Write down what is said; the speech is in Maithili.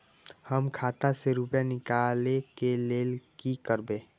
हम खाता से रुपया निकले के लेल की करबे?